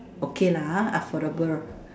okay lah ah affordable